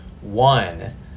one